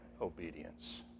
obedience